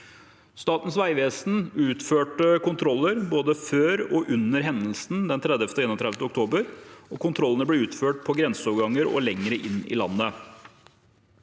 Statens vegvesen utførte kontroller både før og under hendelsene den 30. og 31. oktober. Kontrollene ble utført på grenseovergangene og lenger inn i landet.